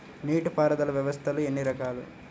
నీటిపారుదల వ్యవస్థలు ఎన్ని రకాలు?